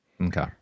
Okay